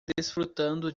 desfrutando